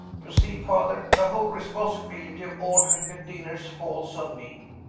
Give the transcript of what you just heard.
you see, father, the whole responsibility of ordering the dinners falls on me.